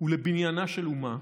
ולבניינה של אומה,